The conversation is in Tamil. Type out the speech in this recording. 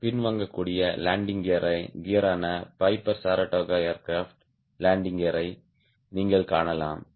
பின்வாங்கக்கூடிய லேண்டிங் கியரான பைபர் சரடோகா ஏர்கிராப்ட் லேண்டிங் கியரை நீங்கள் காணலாம்